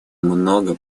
много